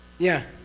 yeah?